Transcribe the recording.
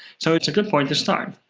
so it's a good point to start.